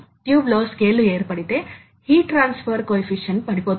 కాబట్టి స్క్రూ యొక్క ఒక భ్రమణం X టార్క్ శక్తి X పిచ్ అవుతుంది